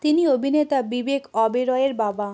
তিনি অভিনেতা বিবেক ওবেরয়ের বাবা